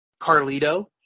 Carlito